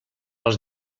els